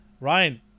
Ryan